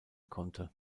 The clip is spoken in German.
konnte